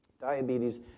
Diabetes